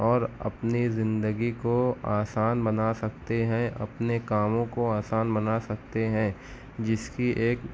اور اپنی زندگی کو آسان بنا سکتے ہیں اپنے کاموں کو آسان بنا سکتے ہیں جس کی ایک